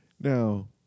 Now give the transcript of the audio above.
Now